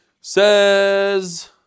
Says